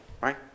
Right